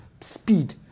speed